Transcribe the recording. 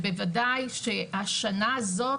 ובוודאי שהשנה הזאת,